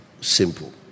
Simple